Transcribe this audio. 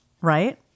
right